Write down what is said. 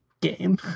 game